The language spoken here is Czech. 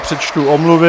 Přečtu omluvy.